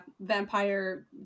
vampire